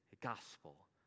gospel